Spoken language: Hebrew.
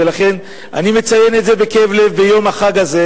ולכן אני מציין את זה בכאב לב ביום החג הזה,